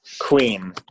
queen